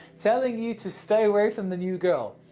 telling you to stay away from the new girl.